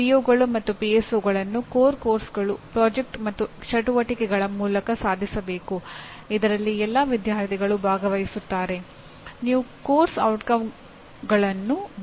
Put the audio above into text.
NAAC NAAC ಸಂಸ್ಥೆಯ ಕೆಲವು ಕಾರ್ಯಕ್ರಮಗಳನ್ನು ವಿವರವಾಗಿ ನೋಡುವುದರ ಜೊತೆಗೆ ಇತರ ಗುಣಲಕ್ಷಣಗಳನ್ನೂ ಪರಿಶೀಲಿಸಲು ಮತ್ತು ಮೌಲ್ಯಮಾಪನ ಮಾಡಲು ಬಯಸುತ್ತದೆ